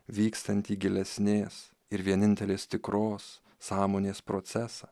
vykstantį gilesnės ir vienintelės tikros sąmonės procesą